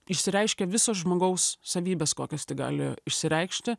išsireiškia visos žmogaus savybės kokios tik gali išsireikšti